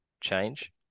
change